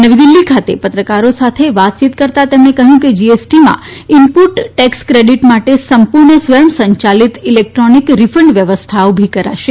નવી દીલ્હી ખાતે પત્રકારો સાથે વાતચીત કરતા તેમણે કહ્યું કે જીએસટીમાં ઇનપુટ ટેકસ ક્રેડિટ માટે સંપૂર્જા સ્વયંસંચાલિક ઇલેકટ્રોનિક રિફંડ વ્યવસ્થા ઉભી કરાશે